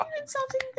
insulting